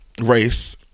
race